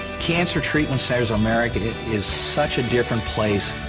cancer treatment centers of america. it is such a different place,